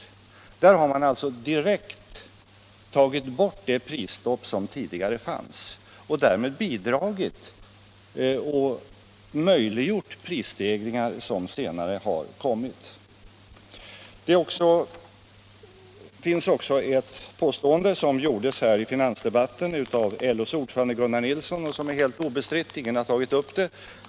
Här har man alltså direkt tagit bort det prisstopp som tidigare fanns och därmed möjliggjort prisstegringar som senare har kommit. I finansdebatten gjorde LO:s ordförande Gunnar Nilsson ett påstående, som är helt obestritt.